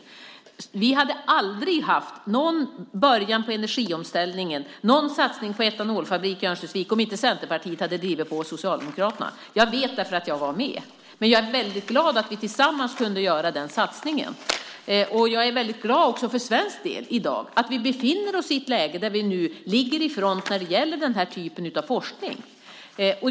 Det hade aldrig skett någon energiomställning eller någon satsning på etanolfabriken i Örnsköldsvik om inte Centerpartiet hade drivit på Socialdemokraterna. Jag vet det eftersom jag var med. Men jag är väldigt glad över att vi tillsammans kunde göra denna satsning. Jag är i dag också väldigt glad för svensk del att vi nu ligger i fronten när det gäller denna typ av forskning.